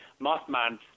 Mothman